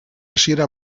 hasiera